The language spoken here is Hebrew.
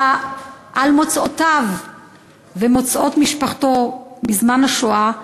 על מוצאותיו ומוצאות משפחתו בזמן השואה.